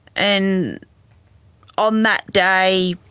and on that day,